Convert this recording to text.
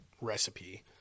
recipe